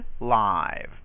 live